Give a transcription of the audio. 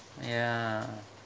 ya